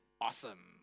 awesome